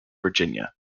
virginia